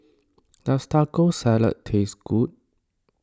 does Taco Salad taste good